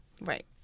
right